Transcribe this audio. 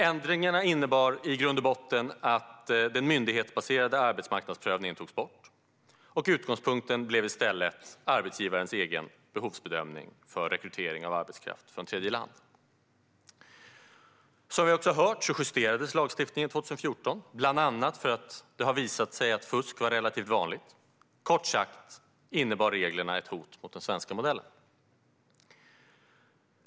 Ändringarna innebar i grund och botten att den myndighetsbaserade arbetsmarknadsprövningen togs bort. Utgångspunkten blev i stället arbetsgivarens egen behovsbedömning för rekrytering av arbetskraft från tredjeland. Som vi hört justerades lagstiftningen 2014, bland annat för att det visat sig att fusk var relativt vanligt. Kort sagt innebar reglerna ett hot mot den svenska modellen.